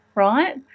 Right